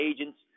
agents